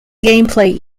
gameplay